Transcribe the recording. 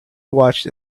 watched